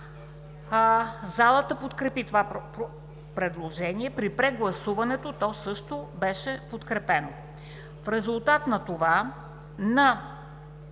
залата подкрепи това предложение. При прегласуването то също беше подкрепено. В резултат на това на